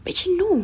but actually no